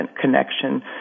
connection